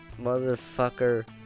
motherfucker